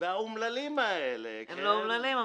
בעוד שאצל האומללים האלה --- הם לא אומללים,